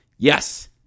Yes